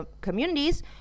communities